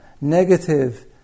negative